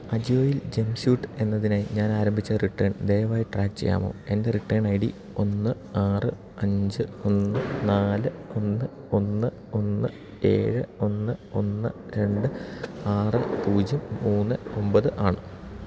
അജിയോയിൽ jump suit എന്നതിനായി ഞാൻ ആരംഭിച്ച റിട്ടേൺ ദയവായി ട്രാക്ക് ചെയ്യാമോ എൻ്റെ റിട്ടേൺ ഐ ഡി ഒന്ന് ആറ് അഞ്ച് ഒന്ന് നാല് ഒന്ന് ഒന്ന് ഒന്ന് ഏഴ് ഒന്ന് ഒന്ന് രണ്ട് ആറ് പൂജ്യം മൂന്ന് ഒമ്പത് ആണ്